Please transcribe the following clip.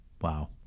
wow